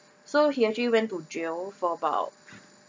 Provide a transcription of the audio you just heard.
so he actually went to jail for about